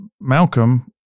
Malcolm